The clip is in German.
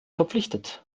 verpflichtet